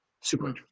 Super